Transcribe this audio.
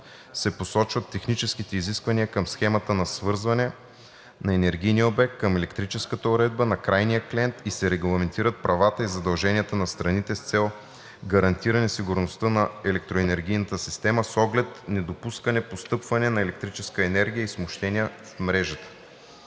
се посочват техническите изисквания към схемата на свързване на енергийния обект към електрическата уредба на крайния клиент и се регламентират правата и задълженията на страните с цел гарантиране сигурността на електроенергийната система с оглед недопускане постъпване на електрическа енергия и смущения в мрежата.